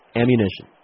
ammunition